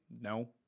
No